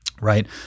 right